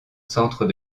centre